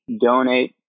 donate